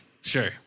Sure